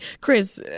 Chris